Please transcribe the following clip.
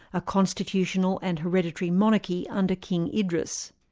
a constitutional and hereditary monarchy under king idris.